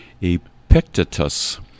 Epictetus